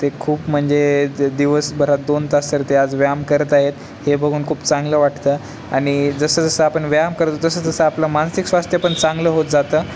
ते खूप म्हणजे दिवसभरात दोन तास तर ते आज व्यायाम करत आहेत हे बघून खूप चांगलं वाटतं आणि जसं जसं आपण व्यायाम करतो तसं जसं आपलं मानसिक स्वास्थ्यपण चांगलं होत जातं